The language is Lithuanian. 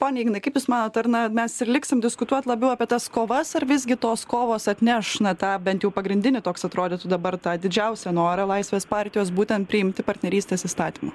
ponia ignai kaip jūs manot ar na mes ir liksim diskutuot labiau apie tas kovas ar visgi tos kovos atneš na tą bent jau pagrindinį toks atrodytų dabar tą didžiausią norą laisvės partijos būtent priimti partnerystės įstatymą